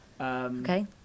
Okay